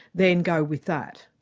then go with that.